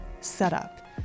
setup